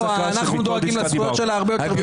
אנחנו דואגים לזכויות שלה הרבה יותר.